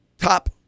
top